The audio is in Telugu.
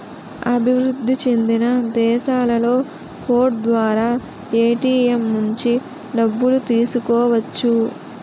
అభివృద్ధి చెందిన దేశాలలో కోడ్ ద్వారా ఏటీఎం నుంచి డబ్బులు తీసుకోవచ్చు